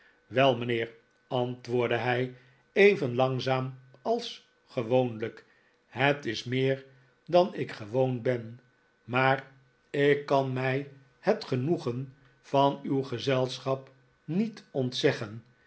wel mijnheer antwoordde hij even langzaam als gewoonlijk het is meer dan ik gewoon ben maar ik kan mij het genoegen van uw gezelschap niet ontzeggen